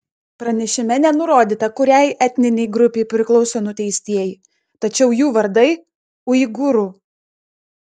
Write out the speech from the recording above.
pranešime nenurodyta kuriai etninei grupei priklauso nuteistieji tačiau jų vardai uigūrų